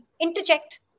interject